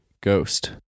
ghost